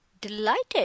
Delighted